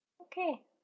Okay